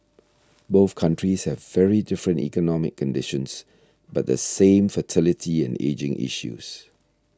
both countries have very different economic conditions but the same fertility and ageing issues